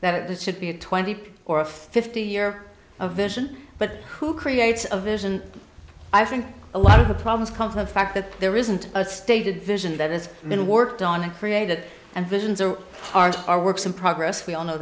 that it should be a twenty or a fifty year a vision but who creates a vision i think a lot of the problems come from the fact that there isn't a stated vision that is men worked on created and visions or are works in progress we all know